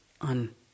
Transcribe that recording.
on